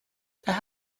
are